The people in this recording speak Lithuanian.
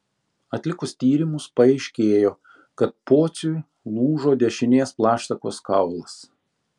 atlikus tyrimus paaiškėjo kad pociui lūžo dešinės plaštakos kaulas